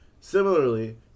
Similarly